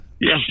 Yes